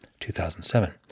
2007